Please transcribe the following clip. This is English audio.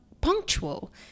punctual